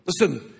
Listen